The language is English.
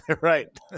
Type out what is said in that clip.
Right